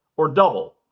or double.